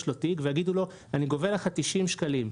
לו תיק ויגידו לו שהם גובים לו 90 שקלים,